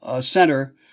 Center